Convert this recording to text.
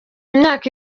imyaka